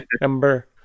number